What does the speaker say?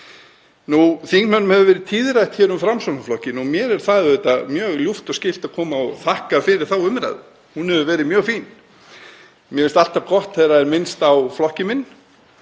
Þingmönnum hefur verið tíðrætt um Framsóknarflokkinn og mér er það auðvitað mjög ljúft og skylt að koma og þakka fyrir þá umræðu. Hún hefur verið mjög fín. Mér finnst alltaf gott þegar er minnst á flokkinn minn.